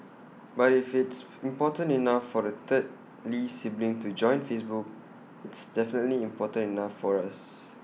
but if it's important enough for the third lee sibling to join Facebook it's definitely important enough for us